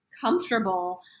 comfortable